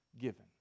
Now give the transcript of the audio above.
given